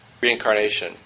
reincarnation